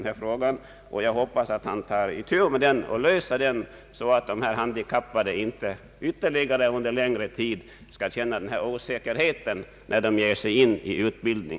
Jag hoppas att han snarast möjligt tar itu med frågan och söker lösa den, så att de handikappade inte skall behöva känna denna osäkerhet när de påbörjar sin utbildning.